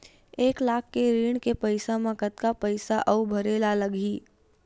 एक लाख के ऋण के पईसा म कतका पईसा आऊ भरे ला लगही?